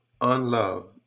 unloved